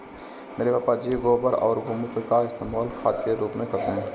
मेरे पापा जी गोबर और गोमूत्र का इस्तेमाल खाद के रूप में करते हैं